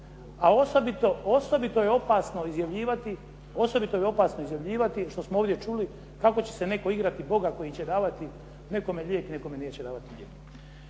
A osobito je opasno izjavljivati, što smo ovdje čuli, kako će se netko igrati Boga koji će davati nekome lijek, nekome neće davati lijek.